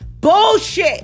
Bullshit